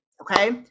Okay